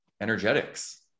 energetics